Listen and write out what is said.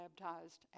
baptized